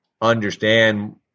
understand